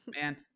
Man